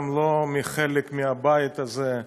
גם לא מחלק מהבית הזה,